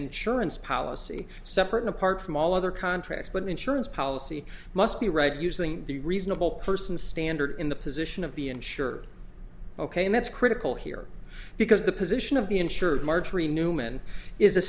insurance policy separate apart from all other contracts but an insurance policy must be right using the reasonable person standard in the position of the insurer ok and that's critical here because the position of the insured marjorie newman is a